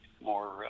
more